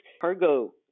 cargo